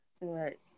Right